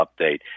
update